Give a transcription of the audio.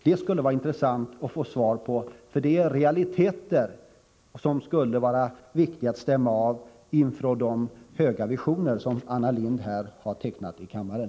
Det skulle vara intressant att få svar på den frågan. Den gäller en realitet, och det är viktigt att stämma av uppfattningarna i den frågan, speciellt med tanke på de visioner på hög nivå som Anna Lindh har tecknat här i kammaren.